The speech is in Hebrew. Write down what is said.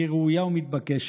היא ראויה ומתבקשת.